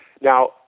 Now